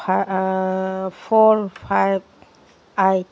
four five eight